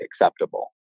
acceptable